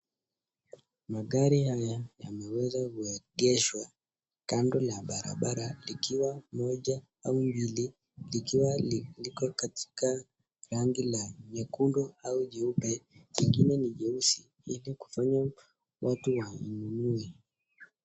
Magari haya yameweza kuengeshwa kando ya barabara yakiwa moja au mbili yakiwa liko katika rangi ya nyekundu , nyeupe . Nyingine ni jeusi zikionyehaa watu wanunue.